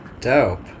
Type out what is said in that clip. Dope